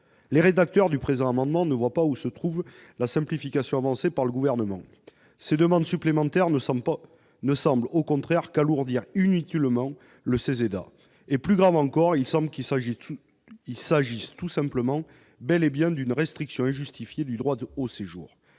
Les auteurs du présent amendement ne voient pas où se trouve la simplification avancée par le Gouvernement. Ces exigences supplémentaires leur paraissent, au contraire, alourdir inutilement le CESEDA. Plus grave encore, il semble qu'il s'agisse tout simplement d'une restriction injustifiée du droit au séjour.